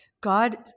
God